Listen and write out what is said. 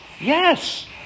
yes